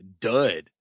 dud